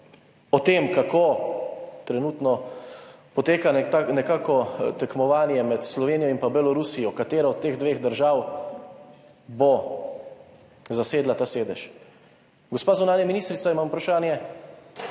o tem, kako trenutno poteka nekako tekmovanje med Slovenijo in pa Belorusijo, katero od teh dveh držav bo zasedla ta sedež. Gospa zunanja ministrica, imam vprašanje.